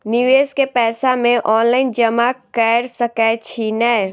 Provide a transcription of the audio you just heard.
निवेश केँ पैसा मे ऑनलाइन जमा कैर सकै छी नै?